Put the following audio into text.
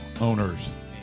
owners